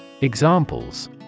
Examples